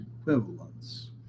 equivalence